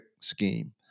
scheme